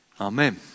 Amen